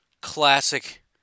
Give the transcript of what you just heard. Classic